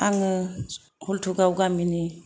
आङो हलथुगाव गामिनि